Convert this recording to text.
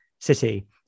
city